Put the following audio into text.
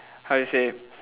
how to say